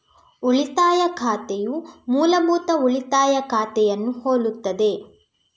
ಉಳಿತಾಯ ಖಾತೆಯು ಮೂಲಭೂತ ಉಳಿತಾಯ ಖಾತೆಯನ್ನು ಹೋಲುತ್ತದೆ